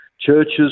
churches